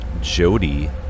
Jody